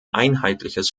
einheitliches